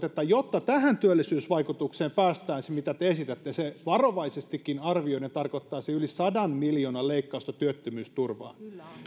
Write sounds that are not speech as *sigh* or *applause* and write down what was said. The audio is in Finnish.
*unintelligible* että jotta tähän työllisyysvaikutukseen päästäisiin mitä te esitätte se varovaisestikin arvioiden tarkoittaisi yli sadan miljoonan leikkausta työttömyysturvaan